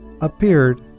appeared